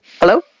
hello